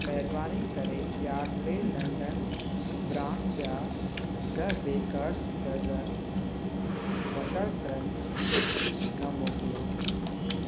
महिरबानी करे Yardley London brand जा the bakers dozen butter crunch cookies न मोकिलियो